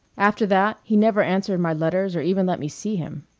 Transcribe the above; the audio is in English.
after that he never answered my letters or even let me see him.